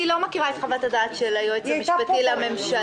אני לא מכירה את חוות הדעת של היועץ המשפטי לממשלה.